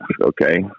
okay